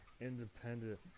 independent